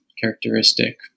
characteristic